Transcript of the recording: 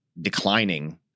declining